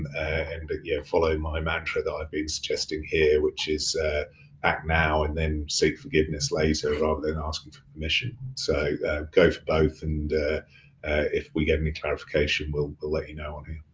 and again, follow my mantra that i've been suggesting here which is act now and then seek forgiveness later rather than asking for permission. so go for both and if we get any clarification we'll let you know on here.